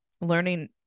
learning